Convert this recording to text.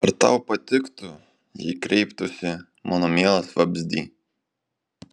ar tau patiktų jei kreiptųsi mano mielas vabzdy